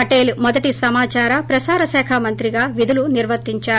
పటేల్ మొదటి సమాచార ప్రసార శాఖ మంత్రిగా విధులు నిర్వర్తించారు